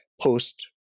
post